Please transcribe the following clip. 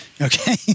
Okay